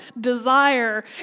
desire